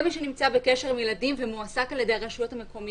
כל מי שנמצא בקשר עם ילדים ומועסק על ידי הרשויות המקומיות,